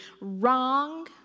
wrong